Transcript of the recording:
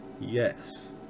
yes